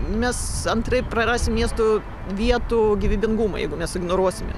mes antraip prarasim miesto vietų gyvybingumą jeigu mes ignoruosime